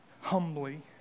humbly